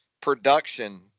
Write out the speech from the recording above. production